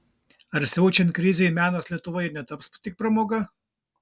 ar siaučiant krizei menas lietuvoje netaps tik pramoga